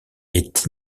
est